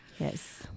Yes